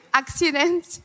accidents